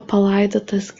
palaidotas